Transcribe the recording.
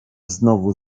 znowu